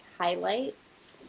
highlights